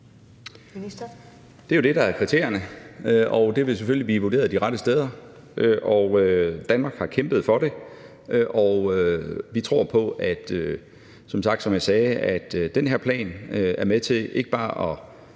Det er jo det, der er kriterierne, og det vil selvfølgelig blive vurderet de rette steder. Danmark har kæmpet for det, og vi tror på, som jeg sagde, at den her plan er med til ikke bare at